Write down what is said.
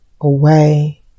away